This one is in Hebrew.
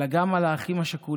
אלא גם על האחים השכולים,